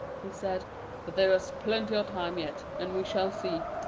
he said but there's plenty o' time yet, and we shall see.